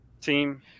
team